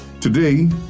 Today